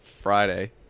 Friday